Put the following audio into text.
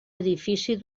edifici